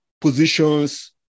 positions